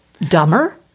Dumber